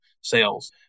sales